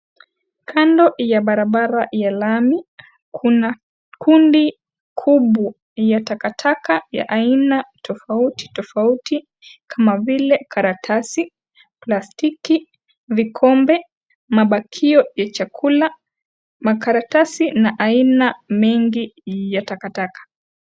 Kando ya barabara ya lami, kuna kundi kubwa ya takataka ya aina tofauti tofauti kama vile karatasi, plastiki, vikombe, mabakio ya chakula, makaratasi na aina mengi ya takataka.